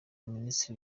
ministre